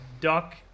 duck